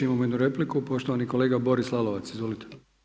Imamo jednu repliku, poštovani kolega Boris Lalovac, izvolite.